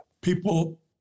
people